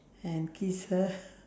and kiss her